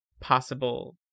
possible